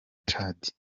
chad